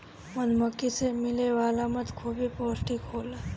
मधुमक्खी से मिले वाला मधु खूबे पौष्टिक होला